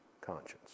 conscience